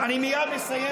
אני מייד מסיים.